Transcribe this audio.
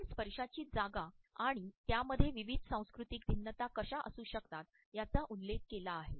आपण स्पर्शाची जागा आणि त्यामध्ये विविध सांस्कृतिक भिन्नता कशा असू शकतात याचा उल्लेख केला आहे